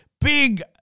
big